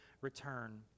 return